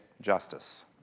justice